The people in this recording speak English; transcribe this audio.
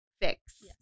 fix